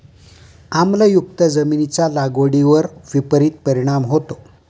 आम्लयुक्त जमिनीचा लागवडीवर विपरीत परिणाम होतो